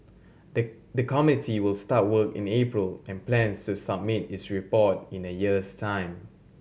the the committee will start work in the April and plans to submit its report in a year's time